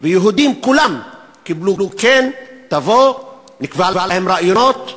יהודים כולם קיבלו "כן": תבוא, נקבעו להם ראיונות.